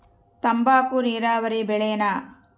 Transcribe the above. ತಂಬಾಕು ನೇರಾವರಿ ಬೆಳೆನಾ?